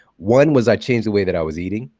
one was i changed the way that i was eating,